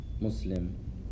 Muslim